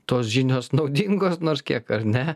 tos žinios naudingos nors kiek ar ne